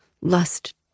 Lust